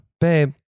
babe